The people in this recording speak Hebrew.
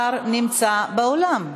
נמצא באולם.